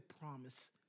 promise